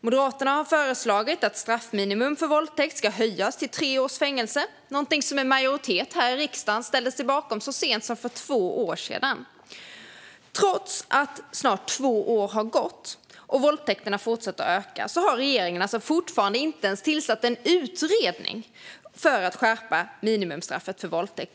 Moderaterna har föreslagit att straffminimum för våldtäkt ska höjas till tre års fängelse, något som en majoritet här i riksdagen ställde sig bakom så sent som för två år sedan. Trots att snart två år har gått och våldtäkterna fortsätter att öka har regeringen fortfarande inte ens tillsatt en utredning om skärpt minimistraff för våldtäkt.